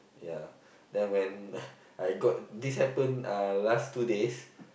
yeah then when I got this happened uh last two days